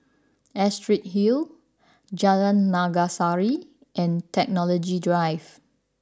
Astrid Hill Jalan Naga Sari and Technology Drive